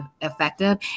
effective